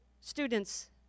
Students